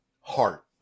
heart